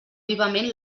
vivament